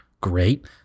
great